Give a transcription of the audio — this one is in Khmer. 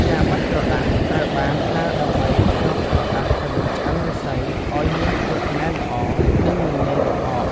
កាវបិទក្រដាស ត្រូវបានប្រើដើម្បីភ្ជាប់ក្រដាសទៅនឹងឆ្អឹងឫស្សីឱ្យមានភាពណែនល្អ និងមិនងាយរបក។